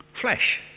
Flesh